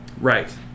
Right